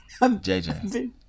JJ